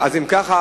אם כך,